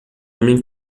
homem